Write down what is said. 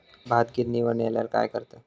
भात गिर्निवर नेल्यार काय करतत?